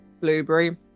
Blueberry